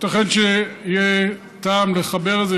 ייתכן שיהיה טעם לחבר את זה,